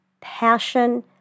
passion